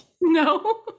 No